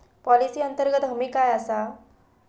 Policy अंतर्गत हमी काय आसा?